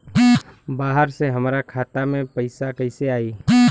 बाहर से हमरा खाता में पैसा कैसे आई?